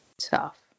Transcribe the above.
tough